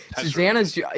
Susanna's